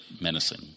menacing